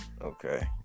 Okay